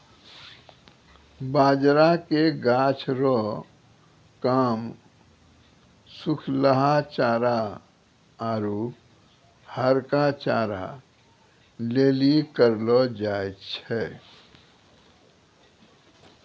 बाजरा के गाछ रो काम सुखलहा चारा आरु हरका चारा लेली करलौ जाय छै